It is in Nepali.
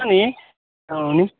अनि हो नि